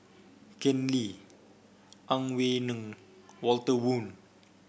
Ken Lim Ang Wei Neng Walter Woon